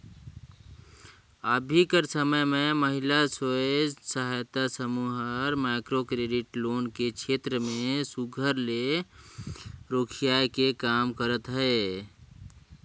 अभीं कर समे में महिला स्व सहायता समूह हर माइक्रो क्रेडिट लोन के छेत्र में सुग्घर ले रोखियाए के काम करत अहे